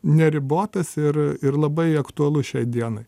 neribotas ir ir labai aktualu šiai dienai